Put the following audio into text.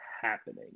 happening